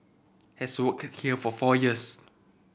has worked here for four years